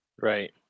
Right